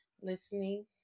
listening